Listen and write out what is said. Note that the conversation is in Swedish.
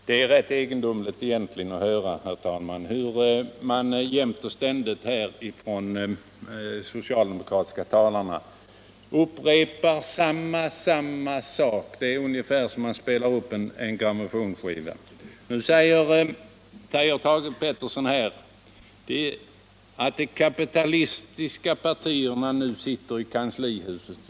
Herr talman! Det är egentligen rätt cgendomligt att höra hur de socialdemokratiska talarna ständigt upprepar samma sak. Det är ungefär som om man spelar upp en grammofonskiva. Thage Peterson sade att de kapitalistiska partierna nu sitter i kanslihuset.